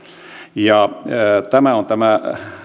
tämä on tämä